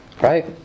Right